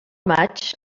maig